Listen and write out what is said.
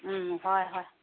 ꯎꯝ ꯍꯣꯏ ꯍꯣꯏ